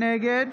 נגד